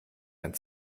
ein